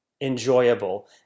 enjoyable